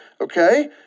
Okay